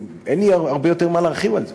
ואין לי הרבה יותר מה להרחיב על זה.